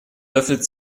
löffelt